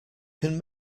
can